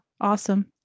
Awesome